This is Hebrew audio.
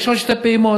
יש עוד שתי פעימות,